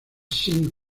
sin